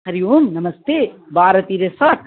हरि ओं नमस्ते भारती रेसार्ट्